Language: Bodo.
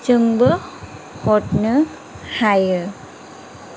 जोंबो हरनो हायो